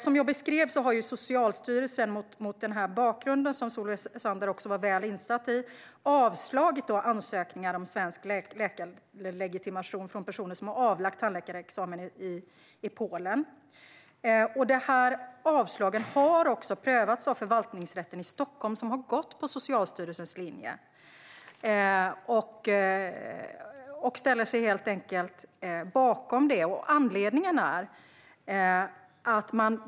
Som jag beskrev har Socialstyrelsen, mot den här bakgrunden som Solveig Zander också är väl insatt i, avslagit ansökningar om svensk legitimation från personer som har avlagt tandläkarexamen i Polen. Avslagen har också prövats av Förvaltningsrätten i Stockholm som har gått på Socialstyrelsens linje och ställer sig bakom den.